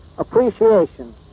appreciation